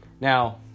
Now